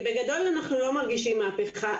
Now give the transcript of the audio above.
בגדול אנחנו לא מרגישים מהפכה,